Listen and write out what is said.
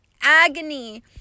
agony